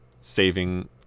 saving